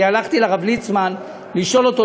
אני הלכתי לרב ליצמן לשאול אותו,